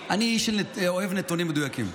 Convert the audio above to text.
אבל אני איש שאוהב נתונים מדויקים.